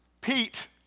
Pete